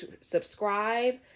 subscribe